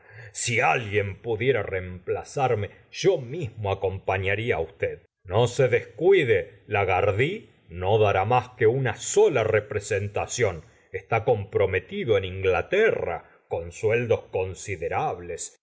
si alguien pudiera reemplazr rme yo mismo acompañaría á usted no se descuide lagardy no dará más que una sola representación está comprometido en inglaterra con sueldos considerables